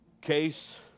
case